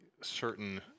certain